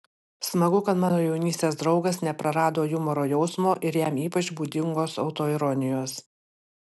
smagu kad mano jaunystės draugas neprarado humoro jausmo ir jam ypač būdingos autoironijos